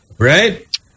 Right